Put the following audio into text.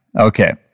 Okay